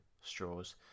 straws